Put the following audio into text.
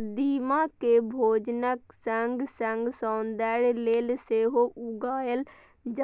कदीमा कें भोजनक संग संग सौंदर्य लेल सेहो उगायल